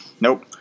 nope